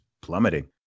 plummeting